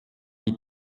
die